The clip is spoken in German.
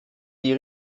die